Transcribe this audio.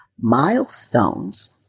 Milestones